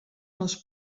les